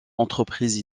entreprise